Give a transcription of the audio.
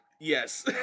Yes